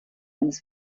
eines